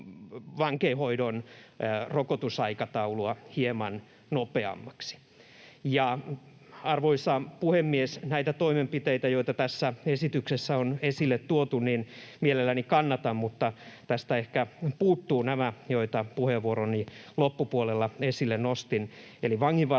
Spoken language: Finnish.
vankeinhoidon rokotusaikataulua hieman nopeammaksi. Arvoisa puhemies! Näitä toimenpiteitä, joita tässä esityksessä on esille tuotu, mielelläni kannatan, mutta tästä ehkä puuttuvat nämä, joita puheenvuoroni loppupuolella esille nostin,